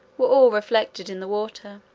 were all reflected in the water,